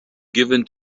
given